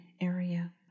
area